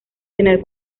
tener